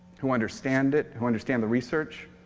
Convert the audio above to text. who understand it, who understand the research,